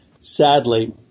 Sadly